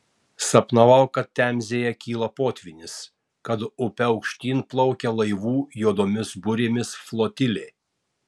sapnavau kad temzėje kyla potvynis kad upe aukštyn plaukia laivų juodomis burėmis flotilė